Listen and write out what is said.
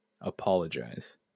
apologize